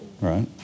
right